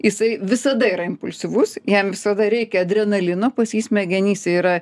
jisai visada yra impulsyvus jam visada reikia adrenalino pas jį smegenyse yra